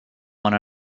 one